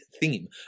theme